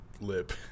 lip